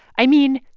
i mean,